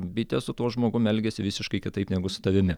bitės su tuo žmogumi elgiasi visiškai kitaip negu su tavimi